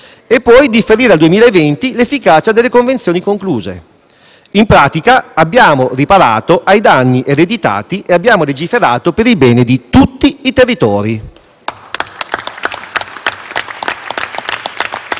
per differire al 2020 l'efficacia delle convenzioni concluse. In pratica, abbiamo riparato ai danni ereditati e abbiamo legiferato per il bene di tutti i territori.